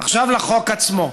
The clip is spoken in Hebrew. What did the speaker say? עכשיו לחוק עצמו.